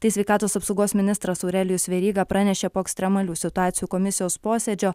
tai sveikatos apsaugos ministras aurelijus veryga pranešė po ekstremalių situacijų komisijos posėdžio